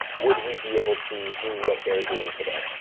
would we be able to do what they are doing today?